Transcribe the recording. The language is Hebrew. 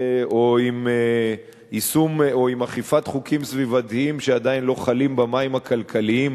או עם אכיפת חוקים סביבתיים שעדיין לא חלים במים הכלכליים,